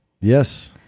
Yes